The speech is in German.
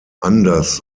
anders